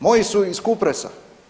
Moji su iz Kupresa.